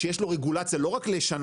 שיש לו רגולציה לא רק לשנה-שנתיים,